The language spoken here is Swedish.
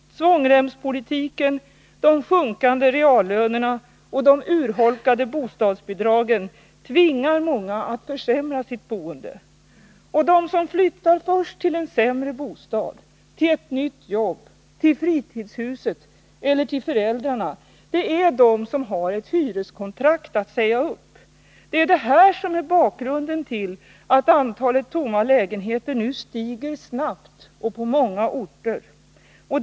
Svångremspolitiken, de sjunkande reallönerna och de urholkade bostadsbidragen tvingar många att försämra sitt boende. De som flyttar först till en sämre bostad, till ett nytt jobb, till fritidshuset eller till föräldrarna är de som har ett hyreskontrakt att säga upp. Det är detta som är bakgrunden till att antalet tomma lägenheter nu stiger snabbt och på många orter.